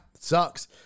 sucks